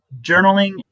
journaling